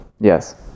Yes